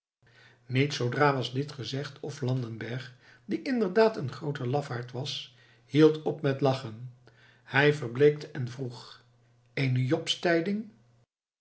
niet zoodra was dit gezegd of landenberg die inderdaad een groote lafaard was hield op met lachen hij verbleekte en vroeg eene